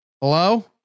Hello